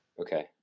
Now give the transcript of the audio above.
okay